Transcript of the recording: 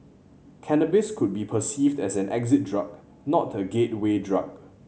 cannabis could be perceived as an exit drug not a gateway drug